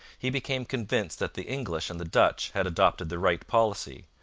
he became convinced that the english and the dutch had adopted the right policy.